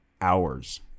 hours